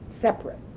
separate